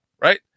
right